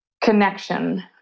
connection